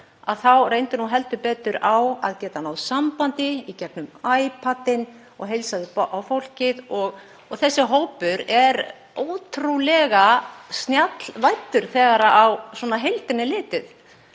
Þá reyndi nú heldur betur á að geta náð samband í gegnum iPad-inn og heilsað upp á fólkið. Þessi hópur er ótrúlega snjallvæddur þegar á heildina er litið.